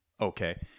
okay